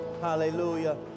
Hallelujah